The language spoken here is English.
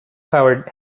powered